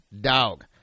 dog